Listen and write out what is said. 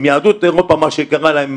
עם יהדות אירופה מה שקרה להם,